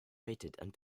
waited